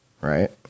Right